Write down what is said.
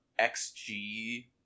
XG